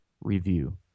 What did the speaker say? review